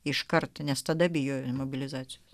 iš karto nes tada bijo imobilizacijos